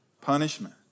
Punishment